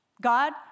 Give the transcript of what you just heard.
God